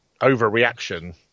overreaction